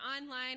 online